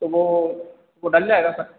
तो वह वह डल जाएगा सर